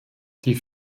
die